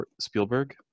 Spielberg